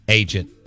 agent